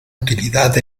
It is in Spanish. utilidad